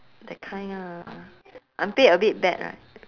that kind ah unpaid a bit bad right